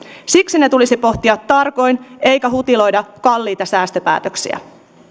siksi ne tulisi pohtia tarkoin eikä hutiloida kalliita säästöpäätöksiä